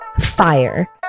Fire